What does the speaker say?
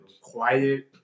Quiet